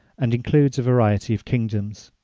and includes a variety of kingdoms.